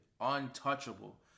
untouchable